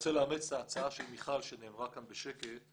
רוצה לאמץ את ההצעה של מיכל שנאמרה כאן בשקט.